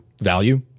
value